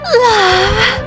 Love